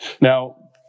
Now